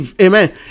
Amen